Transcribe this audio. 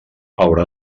haurà